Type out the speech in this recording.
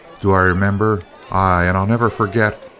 do i remember? aye, and i'll never forget!